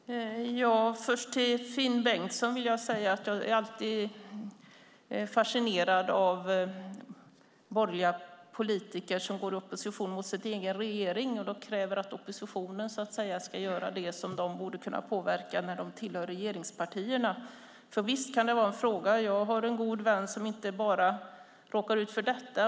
Fru talman! Först vill jag till Finn Bengtsson säga att jag alltid är fascinerad av borgerliga politiker som går i opposition mot sin egen regering och som kräver att oppositionen så att säga ska göra det som de borde kunna påverka när de tillhör regeringspartierna. Visst kan detta vara en fråga. Jag har en god vän som inte bara har råkat ut för detta.